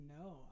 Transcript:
no